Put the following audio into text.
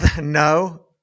No